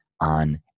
on